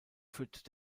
führt